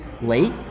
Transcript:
late